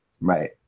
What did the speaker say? Right